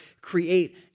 create